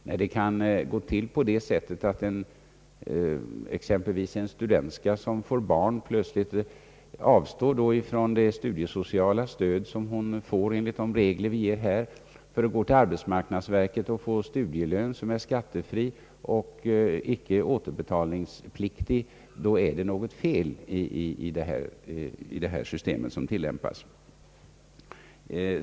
Nu kan det gå till på det sättet att exempelvis en studentska som får barn plötsligt avstår från det studiesociala stöd som hon får enligt de regler som gäller för att gå till arbetsmarknadsverket och få studielån, som är skattefria och icke återbetalningspliktiga. Det visar att det är något fel i det system som tillämpas.